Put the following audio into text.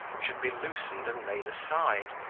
should be loosened and laid aside,